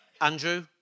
Andrew